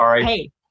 hey